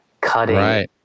cutting